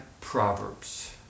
Proverbs